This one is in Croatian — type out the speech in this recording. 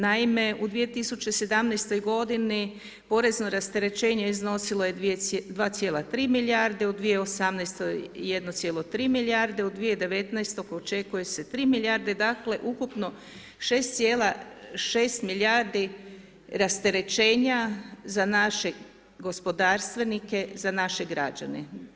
Naime, u 2017. g. porezno rasterećenje iznosilo je 2,3 milijarde, u 2018. 1,3 milijarde, u 2019. očekuje se 3 milijarde, dakle ukupno 6,6 milijarde rasterećenja za naše gospodarstvenike za naše građane.